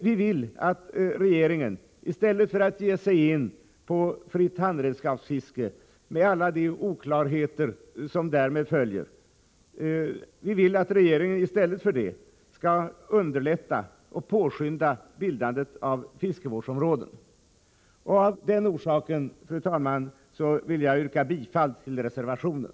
Vi vill att regeringen i stället för att ge sig in på fritt handredskapsfiske med alla de oklarheter som därmed följer skall underlätta och påskynda bildandet av fiskevårdsområden. Av den orsaken, fru talman, yrkar jag bifall till reservationen.